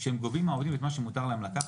שהם גובים מהעובדים את מה שמותר להם לקחת.